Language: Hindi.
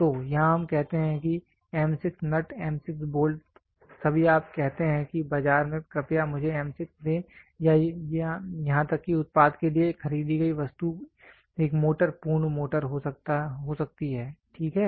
तो यहां हम कहते हैं कि M 6 नट M 6 बोल्ट सभी आप कहते हैं कि बाजार में कृपया मुझे M 6 दें या यहां तक कि उत्पाद के लिए एक खरीदी गई वस्तु एक मोटर पूर्ण मोटर हो सकती है ठीक है